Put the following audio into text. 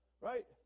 right